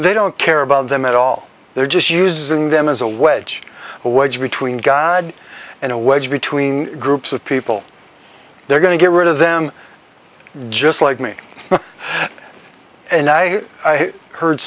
they don't care about them at all they're just using them as a wedge a wedge between god and a wedge between groups of people they're going to get rid of them just like me and i heard